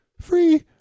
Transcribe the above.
free